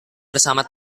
bersama